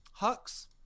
hux